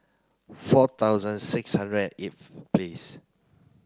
four thousand six hundred and eighth please